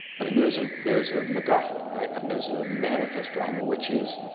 i mean, there's a there's a macguffin, right? i mean, there's a manifest drama, which is,